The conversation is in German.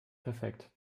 perfekt